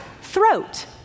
throat